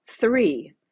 Three